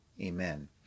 Amen